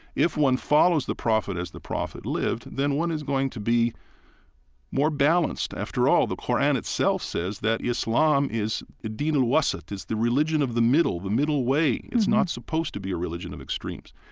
if one follows the prophet as the prophet lived, then one is going to be more balanced. after all, the qur'an itself says that islam is adeno wasit, it's the religion of the middle, the middle way. it's not supposed to be a religion of extremes.